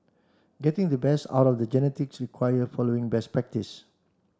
getting the best out of the genetics require following best practice